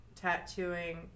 tattooing